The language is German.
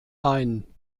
ein